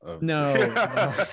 no